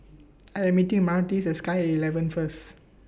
I Am meeting Myrtis At Sky At eleven First